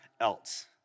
else